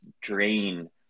drain